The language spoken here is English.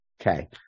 Okay